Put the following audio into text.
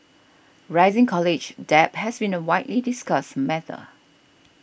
rising college debt has been a widely discussed matter